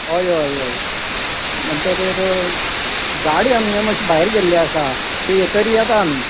हय हय हय म्हणटगीर गाडी आमगे मात्शी भायर गेल्ली आसा ती येतरी येता आमी